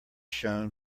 shown